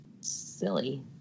silly